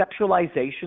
conceptualization